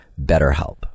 BetterHelp